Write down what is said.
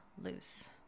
loose